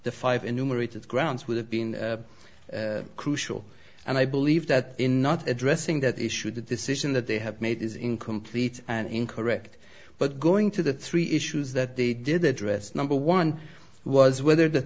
the five enumerated grounds would have been crucial and i believe that in not addressing that issue the decision that they have made is incomplete and incorrect but going to the three issues that they did address number one was whether the